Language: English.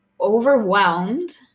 overwhelmed